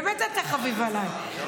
באמת אתה חביב עליי.